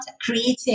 creating